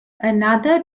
another